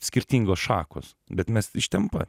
skirtingos šakos bet mes iš ten pat